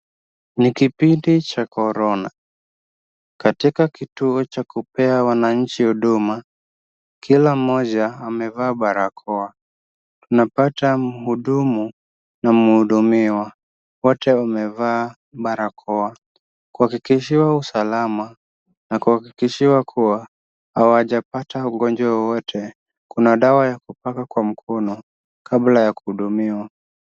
Ni kipindi cha korona, katika kituo cha kupea wananchi huduma, kila mmoja amevaa barakoa. Tunapata mhudumu na mhudumiwa wote wamevaa barakoa. Kuhakikishiwa usalama na kuhakikishiwa kuwa hawajapata ugonjwa wowote, kuna dawa ya kupaka mkono kabla ya kuhudumiwa.